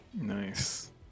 Nice